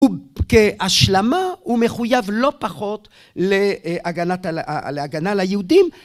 הוא כהשלמה הוא מחויב לא פחות להגנה ליהודים